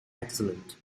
excellent